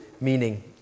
meaning